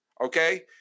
Okay